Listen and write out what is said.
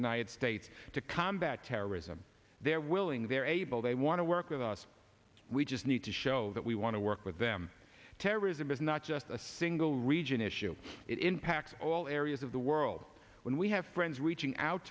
united states to combat terrorism they're willing they're able they want to work with us we just need to show that we want to work with them terrorism is not just a single region issue it impacts all areas of the world when we have friends reaching out